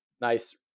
nice